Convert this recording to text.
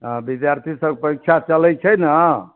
आओर विद्यार्थीसबके परीक्षा चलै छै ने